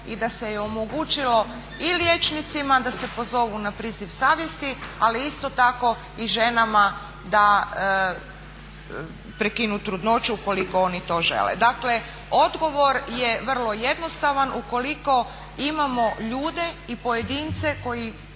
i da se je omogućilo i liječnicima da se pozovu na priziv savjesti ali isto tako i ženama da prekinu trudnoću ukoliko oni to žele. Dakle odgovor je vrlo jednostavan. Ukoliko imamo ljude i pojedince koji